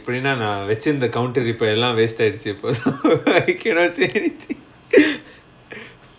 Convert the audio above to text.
அப்புடின்டா நா வச்சிருந்த:appudinda naa vachiruntha counter இப்ப எல்லா:ippa ellaa waste ஆகிடிச்சு இபோ:agidichu ippo I cannot say anything